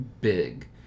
Big